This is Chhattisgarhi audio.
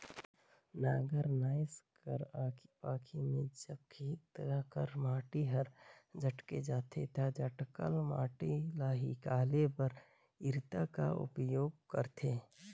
नांगर नाएस कर आखी पाखी मे जब खेत कर माटी हर जटेक जाथे ता जटकल माटी ल हिकाले बर इरता कर उपियोग करथे